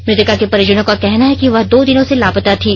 मृतका के परिजनों का कहना है कि वह दो दिनों से लापता थी